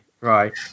Right